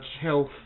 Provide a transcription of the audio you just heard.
health